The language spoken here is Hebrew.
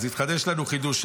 אז התחדש לנו חידוש.